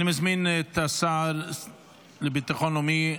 אני מזמין את השר לביטחון לאומי,